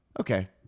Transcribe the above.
okay